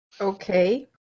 Okay